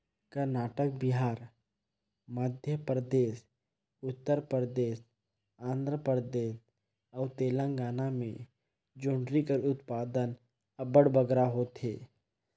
करनाटक, बिहार, मध्यपरदेस, उत्तर परदेस, आंध्र परदेस अउ तेलंगाना में जोंढरी कर उत्पादन अब्बड़ बगरा होथे